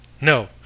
No